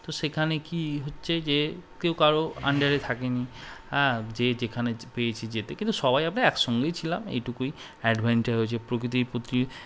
তো সেখানে কী হচ্ছে যে কেউ কারও আন্ডারে হ্যাঁ যে যেখানে পেয়েছি যেতে কিন্তু সবাই আমরা একসঙ্গেই ছিলাম এইটুকুই অ্যাডভেঞ্চার হয়েছে প্রকৃতির প্রতি